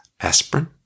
aspirin